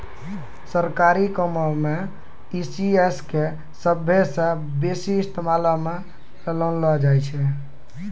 सरकारी कामो मे ई.सी.एस के सभ्भे से बेसी इस्तेमालो मे लानलो जाय छै